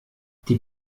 die